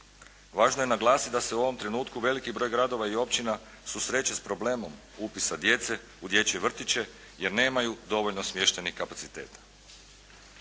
Vlažno je naglasiti da se u ovom trenutku veliki broj gradova i općina susreće s problemom upisa djece u dječje vrtiće jer nemaju dovoljno smještajnih kapaciteta.